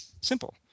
Simple